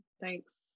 Thanks